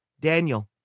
Daniel